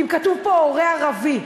אם כתוב פה "הורה ערבי".